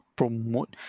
promote